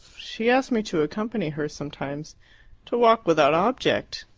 she asked me to accompany her sometimes to walk without object!